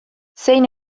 zein